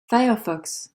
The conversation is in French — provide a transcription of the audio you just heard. firefox